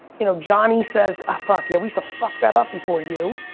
you know johnny says a fuck, yeah we used to fuck that up before you.